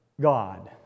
God